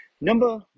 number